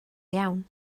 iawn